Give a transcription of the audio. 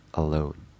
alone